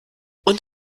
und